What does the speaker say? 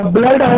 Blood